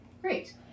Great